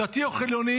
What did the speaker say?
דתי או חילוני,